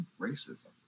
racism